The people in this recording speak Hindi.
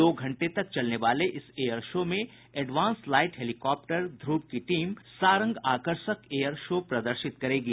दो घंटे तक चलने वाले इस एयर शो में एडवांस लाइट हेलीकॉप्टर ध्रुव की टीम सारंग आकर्षक एयर शो प्रदर्शित करेगी